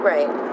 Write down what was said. Right